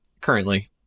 currently